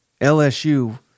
LSU